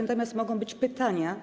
Natomiast mogą być pytania.